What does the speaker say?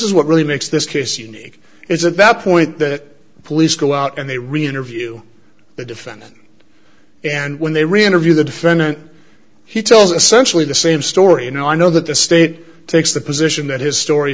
is what really makes this case unique it's at that point that the police go out and they re interview the defendant and when they re interview the defendant he tells a centrally the same story you know i know that the state takes the position that his story